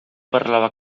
parlava